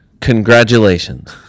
congratulations